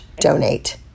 donate